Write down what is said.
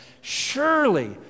Surely